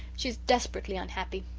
she is desperately unhappy.